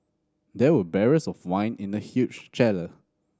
there were barrels of wine in the huge cellar